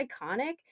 iconic